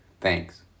Thanks